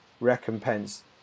recompense